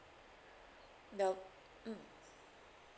the mm